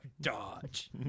Dodge